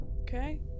Okay